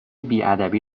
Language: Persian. بیادبی